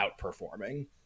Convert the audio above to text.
outperforming